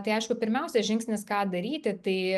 tai aišku pirmiausias žingsnis ką daryti tai